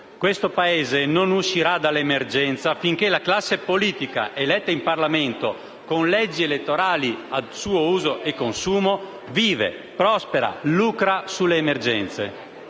questo Paese non uscirà dall'emergenza finché la classe politica, eletta in Parlamento con leggi elettorali a suo uso e consumo, vive, prospera e lucra sulle emergenze.